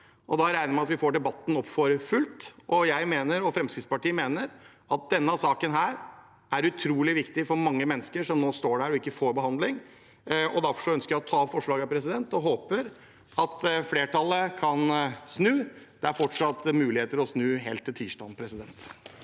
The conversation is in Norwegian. da regner jeg med at vi får debatten opp for fullt. Jeg og Fremskrittspartiet mener at denne saken er utrolig viktig for mange mennesker som nå står der og ikke får behandling. Derfor ønsker jeg å ta opp forslagene og håper at flertallet kan snu. Det er fortsatt – helt til tirsdag – muligheter